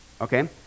Okay